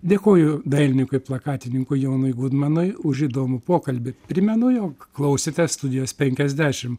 dėkoju dailininkui plakatininkui jonui gudmonui už įdomų pokalbį primenu jog klausėte studijos penkiasdešim